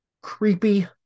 creepy